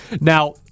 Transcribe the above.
Now